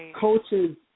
coaches